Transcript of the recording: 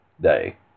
Day